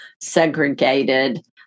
segregated